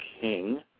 King